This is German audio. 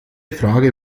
frage